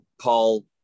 Paul